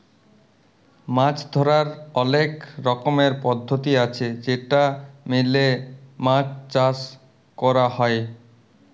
মাছ ধরার অলেক রকমের পদ্ধতি আছে যেটা মেলে মাছ চাষ ক্যর হ্যয়